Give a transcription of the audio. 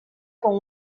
con